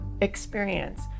experience